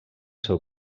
seu